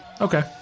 Okay